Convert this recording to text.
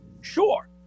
Sure